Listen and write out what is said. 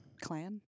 Clan